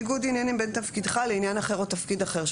עניינים בין תפקידך לעניין אחר או תפקיד אחר שלך,